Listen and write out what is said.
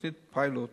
תוכנית פיילוט